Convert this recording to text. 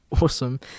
awesome